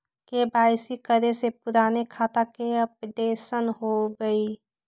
KYC करें से पुराने खाता के अपडेशन होवेई?